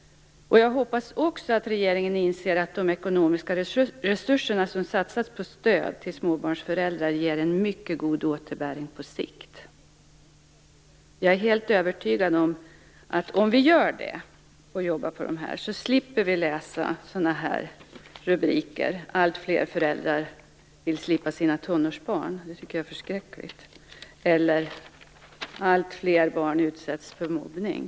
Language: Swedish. Dessutom hoppas jag att regeringen inser att de ekonomiska resurserna som satsas på stöd till småbarnsföräldrar ger en mycket god återbäring på sikt. Jag är helt övertygad om att om vi jobbar med de här frågorna slipper vi läsa rubriker om att alltfler föräldrar vill slippa sina tonårsbarn - det tycker jag är förskräckligt - eller att alltfler barn utsätts för mobbning.